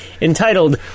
entitled